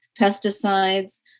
pesticides